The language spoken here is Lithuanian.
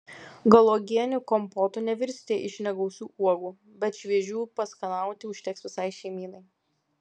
gal uogienių kompotų nevirsite iš negausių uogų bet šviežių paskanauti užteks visai šeimynai